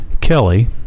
Kelly